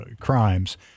crimes